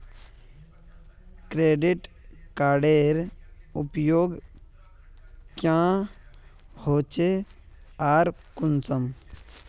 Credit कार्डेर उपयोग क्याँ होचे आर कुंसम?